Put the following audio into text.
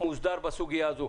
מוסדר בסוגיה הזו.